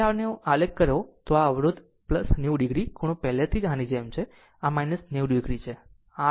હવે જો આને આલેખ કરો તો આ એક અવરોધ 90 o ખૂણો પહેલાંની જેમ જ છે આ 90 o છે